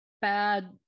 bad